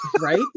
Right